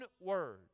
word